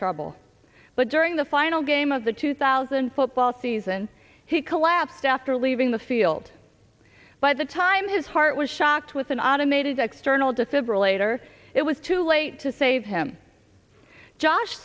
trouble but during the final game of the two thousand football season he collapsed after leaving the field by the time his heart was shocked with an automated external defibrillator it was too late to save him josh